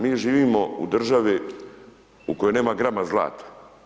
Mi živimo u državi u kojoj nema grama zlata.